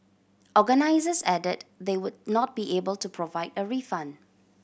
organisers added that they would not be able to provide a refund